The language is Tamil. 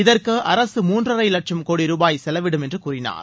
இதற்கு அரசு மூன்றரை லட்சம் கோடி ருபாய் செலவிடும் என்று கூறினார்